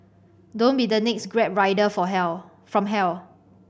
don't be the next Grab rider for hell from hell